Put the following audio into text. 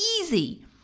easy